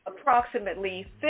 approximately